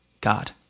God